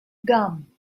gum